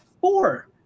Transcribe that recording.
four